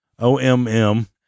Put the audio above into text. OMM